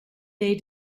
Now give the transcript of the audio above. they